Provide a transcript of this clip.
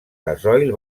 gasoil